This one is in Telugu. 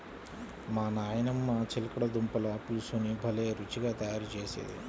మా నాయనమ్మ చిలకడ దుంపల పులుసుని భలే రుచిగా తయారు చేసేది